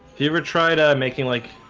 you ever tried ah making like